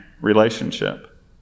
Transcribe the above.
relationship